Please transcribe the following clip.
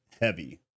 heavy